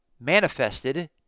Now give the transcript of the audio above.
manifested